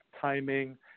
timing